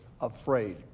afraid